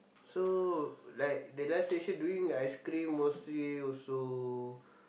so like the live station doing ice cream mostly also